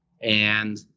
And-